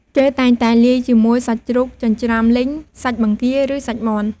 គេតែងតែលាយជាមួយសាច់ជ្រូកចិញ្ច្រាំលីង សាច់បង្គា ឬសាច់មាន់។